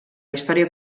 història